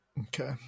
Okay